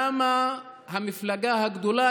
למה המפלגה הגדולה,